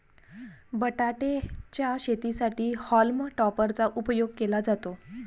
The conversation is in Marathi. बटाटे च्या शेतीसाठी हॉल्म टॉपर चा उपयोग केला जातो